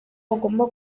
agomba